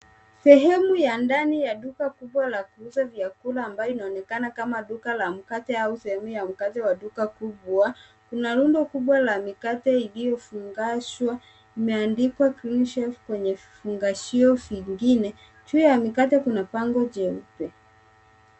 Sehemu ya ndani ya duka kubwa la kuuza vyakula ambayo inaonekana kama duka la mkate au sehemu ya mkate wa duka kubwa. Kuna rundo kubwa la mikate iliyofunganishwa imeandikwa Cleanshelf kwenye vifungashio vingine. Juu ya mikate kuna bango jeupe.